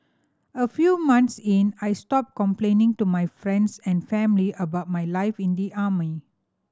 a few months in I stopped complaining to my friends and family about my life in the army